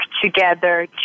together